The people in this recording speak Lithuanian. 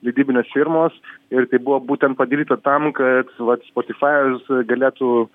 leidybinės firmos ir tai buvo būtent padaryta tam kad vat spotifajus galėtų